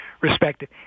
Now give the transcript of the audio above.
respected